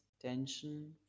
tension